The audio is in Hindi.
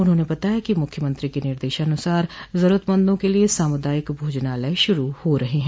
उन्होंने बताया कि मुख्यमंत्री के निर्देशानुसार जरूरतमंदों के लिये सामुदायिक भोजनालय शुरू हो रहे हैं